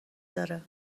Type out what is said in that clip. داره